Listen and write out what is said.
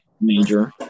major